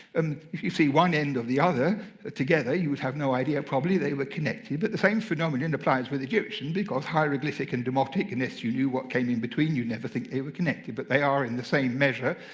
um if you see one end of the other together, you would have no idea, probably, that they were connected. but the same phenomenon applies with egyptian, because hieroglyphic and demotic, unless you knew what came in-between, you'd never think they were connected. but they are in the same measure,